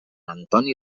antoni